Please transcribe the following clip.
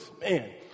Man